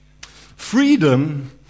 Freedom